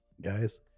Guys